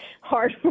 hard